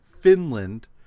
Finland